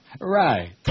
Right